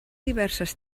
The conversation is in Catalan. diverses